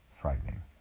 frightening